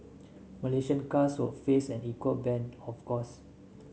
Malaysian cars would face an equal ban of course